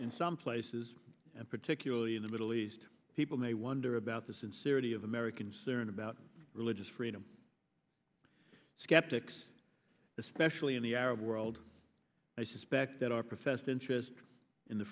in some places and particularly in the middle east people may wonder about the sincerity of americans there and about religious freedom skeptics especially in the arab world i suspect that our professed interest in the